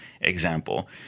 example